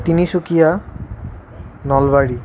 Tinsukia Nalbari